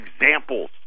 examples